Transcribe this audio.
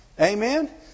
Amen